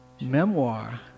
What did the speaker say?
memoir